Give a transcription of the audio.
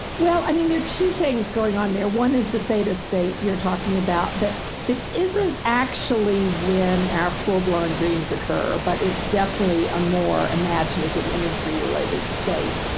well, i mean, there are two things going on there. one is the theta state you're talking about. that that isn't actually when our full blown dreams occur but it's definitely a more imaginative imagery related state,